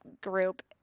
group